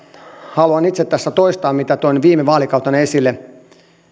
haluan itse tässä toistaa ja mitä toin viime vaalikautena esille